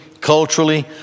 culturally